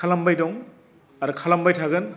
खालामबाय दं आरो खालामबाय थागोन